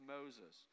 Moses